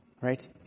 Right